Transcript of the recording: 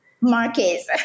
Markets